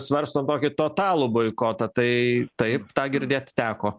svarstom tokį totalų boikotą tai taip tą girdėti teko